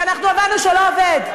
שאנחנו הבנו שלא עובד.